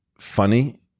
funny